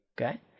okay